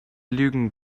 lügen